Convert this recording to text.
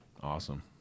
awesome